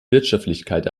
wirtschaftlichkeit